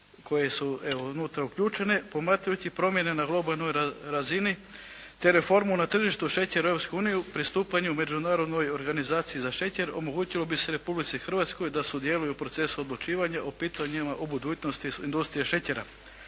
koje su unutra uključene promatrajući promjene na globalnoj razini te reformu na tržištu šećera u Europskoj uniji. O pristupanju Međunarodnoj organizaciji za šećer omogućilo bi se Republici Hrvatskoj da sudjeluje u procesu odlučivanja o pitanjima o budućnosti industrije šećera.